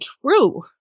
true